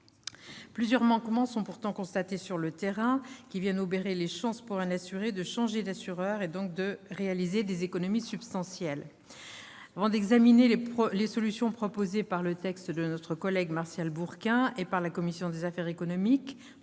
Plusieurs manquements sont pourtant constatés sur le terrain, qui viennent obérer les chances, pour un assuré, de changer d'assureur, donc de réaliser des économies substantielles. Mes chers collègues, avant d'examiner les solutions proposées dans le texte de notre collègue Martial Bourquin et par la commission des affaires économiques